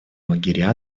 лагеря